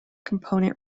component